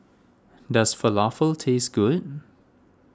does Falafel taste good